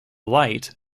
light